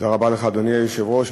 אדוני היושב-ראש,